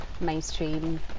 mainstream